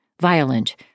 Violent